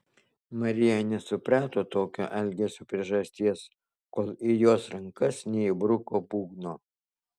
marija nesuprato tokio elgesio priežasties kol į jos rankas neįbruko būgno